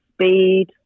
speed